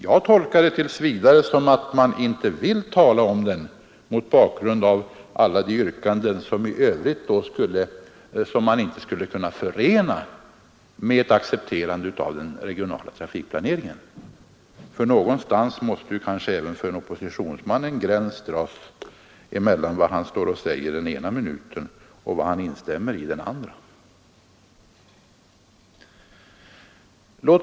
Jag tolkar det tills vidare som att man inte vill tala om den mot bakgrund av alla de yrkanden i övrigt som man inte skulle kunna förena med ett accepterande av den regionala trafikplaneringen, för någonstans måste kanske även för en oppositionsman en gräns dras mellan vad han säger den ena minuten och vad han instämmer i den andra.